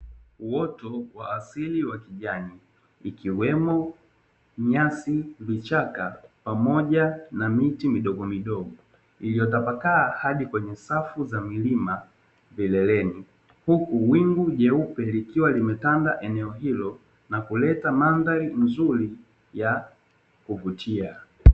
Uoto wa asili wa kijani ikiwemo nyasi, vichaka pamoja na miti midogo midogo, Iliyotapakaa hadi kwenye safu za milima vileleni. Huku wingu jeupe likiwa limetanda eneo ilo na kuleta mandhari nzuri ya kuvutia.